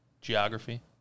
geography